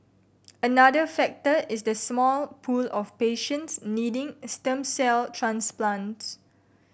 another factor is the small pool of patients needing a stem cell transplants